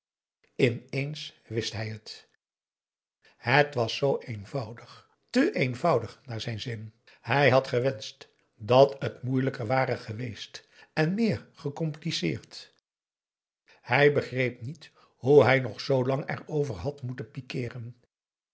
ineens wist hij het het was z eenvoudig te eenvoudig naar zijn zin hij had gewenscht dat het moeielijker ware geweest en meer gecompliceerd hij begreep niet hoe hij nog zoolang erover had moeten pikiren